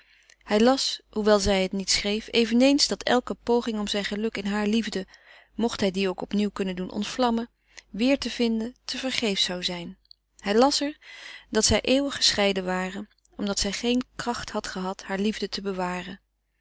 hij las hoewel zij het niet schreef eveneens dat elke poging om zijn geluk in haar liefde mocht hij die ook opnieuw kunnen doen ontvlammen weêr te vinden tevergeefsch zou zijn hij las er dat zij eeuwig gescheiden waren omdat zij geene kracht had gehad hare liefde te bewaren